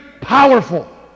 powerful